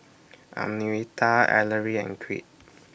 Anitra Ellery and Crete